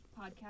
podcast